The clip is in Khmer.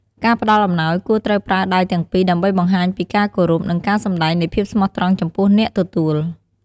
ការផ្តល់អំណោយគួរត្រូវប្រើដៃទាំងពីរដើម្បីបង្ហាញពីការគោរព និងការសំដែងនៃភាពស្មោះត្រង់ចំពោះអ្នកទទួល។